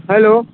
hello